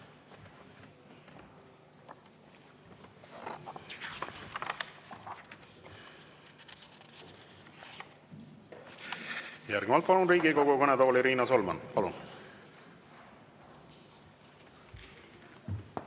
Järgnevalt palun Riigikogu kõnetooli Riina Solmani. Palun!